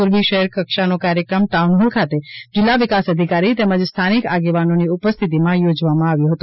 મોરબી શહેર કક્ષાનો કાર્ચક્રમ ટાઉનહોલ ખાતે જિલ્લા વિકાસ અધિકારી તેમજ સ્થાનિક આગેવાનોની ઉપસ્થિતિમાં યોજવામાં આવ્યો હતો